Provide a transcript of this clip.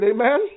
Amen